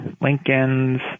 Lincoln's